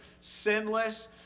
sinless